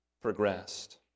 progressed